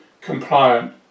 compliant